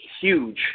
huge